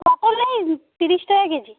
পটল এই ত্রিশ টাকা কেজি